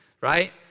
right